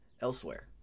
elsewhere